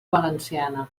valenciana